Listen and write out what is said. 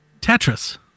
Tetris